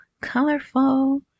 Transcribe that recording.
colorful